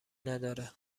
نداره